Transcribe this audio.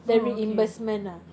oh okay